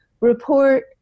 report